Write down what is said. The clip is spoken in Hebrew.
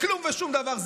בכלום ושום דבר.